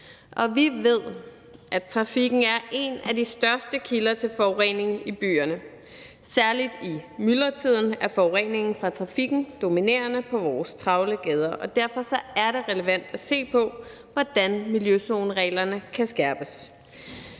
vi ved, at trafikken er en af de største kilder til forureningen i byerne. Særlig i myldretiden er forureningen fra trafikken dominerende på vores travle gader, og derfor er det relevant at se på, hvordan miljøzonereglerne kan skærpes.